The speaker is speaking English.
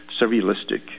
surrealistic